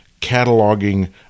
cataloging